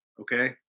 okay